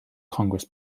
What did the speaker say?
congress